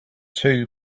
two